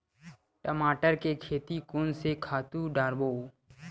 टमाटर के खेती कोन से खातु डारबो?